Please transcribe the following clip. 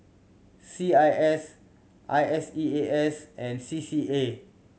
C I S I S E A S and C C A